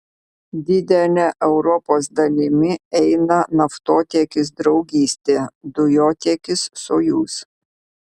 didele europos dalimi eina naftotiekis draugystė dujotiekis sojuz